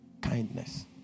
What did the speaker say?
Kindness